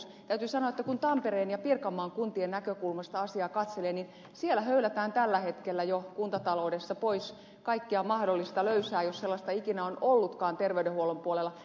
täytyy sanoa että kun tampereen ja pirkanmaan kuntien näkökulmasta asiaa katselee niin siellä höylätään tällä hetkellä jo kuntataloudessa pois kaikkea mahdollista löysää jos sellaista ikinä on ollutkaan terveydenhuollon puolella